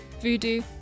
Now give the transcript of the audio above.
voodoo